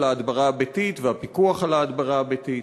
ההדברה הביתית והפיקוח על ההדברה הביתית,